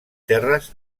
terres